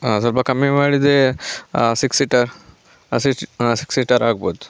ಹಾಂ ಸ್ವಲ್ಪ ಕಮ್ಮಿ ಮಾಡಿದರೆ ಸಿಕ್ಸ್ ಸೀಟರ್ ಸಿಕ್ಸ್ ಸೀಟರ್ ಆಗ್ಬೋದು